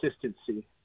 consistency